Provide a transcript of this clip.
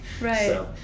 Right